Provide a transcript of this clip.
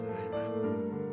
Amen